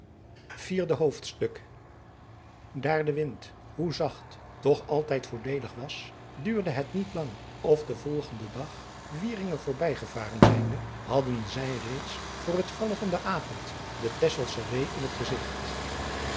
vierde hoofdstuk daar de wind hoe zacht toch altijd voordeelig was duurde het niet lang of den volgenden dag wieringen voorbij gevaren zijnde hadden zij reeds voor het vallen van den avond de texelsche reê in het gezigt